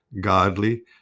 godly